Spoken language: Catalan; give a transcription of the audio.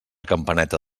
campaneta